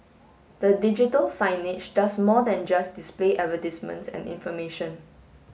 the digital signage does more than just display advertisements and information